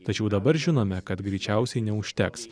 tačiau dabar žinome kad greičiausiai neužteks